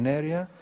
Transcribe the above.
area